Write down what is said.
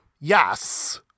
Yes